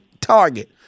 target